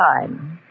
time